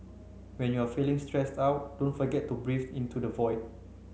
when you are feeling stressed out don't forget to breathe into the void